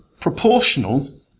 proportional